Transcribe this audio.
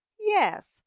Yes